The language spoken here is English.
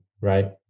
right